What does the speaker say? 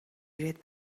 ирээд